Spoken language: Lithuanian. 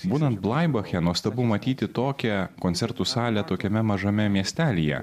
būnant blaibache nuostabu matyti tokią koncertų salę tokiame mažame miestelyje